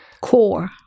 Core